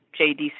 JDC